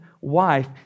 wife